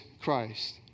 Christ